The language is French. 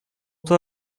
toi